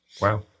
Wow